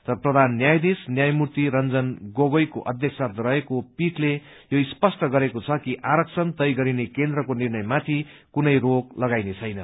तर प्रधान न्यायाधीश न्यायमूर्ति रंजन गगोईको अध्यक्षता रहेको पीठले यो स्पष्ठ गरेको छ कि आरक्षण तय गरिने केन्द्रको निर्णयमाथि कुनै रोक लगाइने छैन